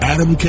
Adam